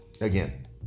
again